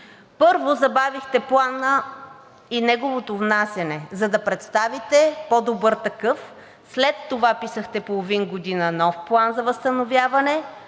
Първо, забавихте Плана и неговото внасяне, за да представите по-добър такъв, след това писахте половин година нов План за възстановяване,